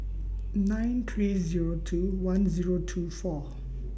nine three Zero two one Zero two four